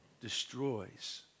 destroys